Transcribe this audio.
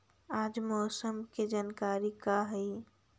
आज मौसम के जानकारी का हई?